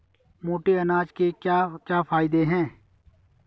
मोटे अनाज के क्या क्या फायदे हैं?